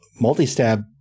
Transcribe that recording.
multi-stab